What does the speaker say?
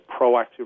proactive